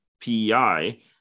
PEI